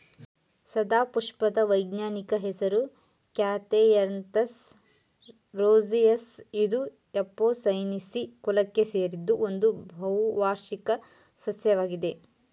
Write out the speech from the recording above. ಸದಾಪುಷ್ಪದ ವೈಜ್ಞಾನಿಕ ಹೆಸರು Catharanthus roseus ಇದು ಎಪೋಸೈನೇಸಿ ಕುಲಕ್ಕೆ ಸೇರಿದ್ದು ಒಂದು ಬಹುವಾರ್ಷಿಕ ಸಸ್ಯವಾಗಿದೆ